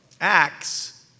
acts